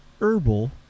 herbal